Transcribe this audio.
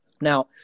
Now